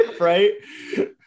right